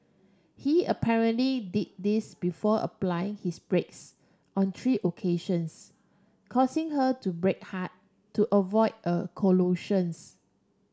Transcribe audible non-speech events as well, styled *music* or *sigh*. he apparently did this before applying his brakes on three occasions causing her to brake hard to avoid a *unintelligible*